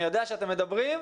אני יודע שאתם מדברים,